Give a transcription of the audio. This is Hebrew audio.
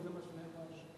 זה מה שנאמר לי.